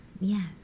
Yes